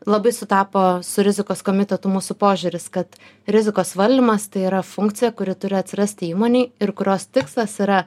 labai sutapo su rizikos komitetu mūsų požiūris kad rizikos valdymas tai yra funkcija kuri turi atsirasti įmonėj ir kurios tikslas yra